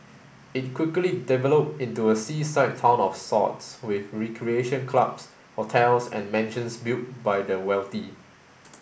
it quickly developed into a seaside town of sorts with recreation clubs hotels and mansions built by the wealthy